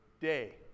day